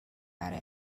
برای